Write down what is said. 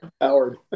Howard